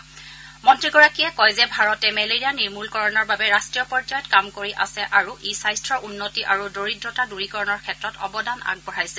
মন্ত্ৰীগৰাকীয়ে কয় যে ভাৰতে মেলেৰিয়া নিৰ্মূলকৰণৰ বাবে ৰাট্টীয় পৰ্যায়ত কাম কৰি আছে আৰু স্বাস্থ্যৰ উন্নতি আৰু দৰিদ্ৰতা দূৰীকৰণৰ ক্ষেত্ৰত অৱদান আগবঢ়ায় আছে